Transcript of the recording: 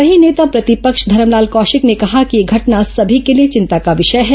वहीं नेता प्रतिपक्ष धरमलाल कौशिक ने कहा कि यह घटना सभी के लिए चिंता का विषय है